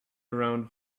around